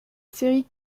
série